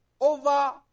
over